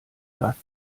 saft